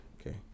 Okay